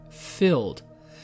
Filled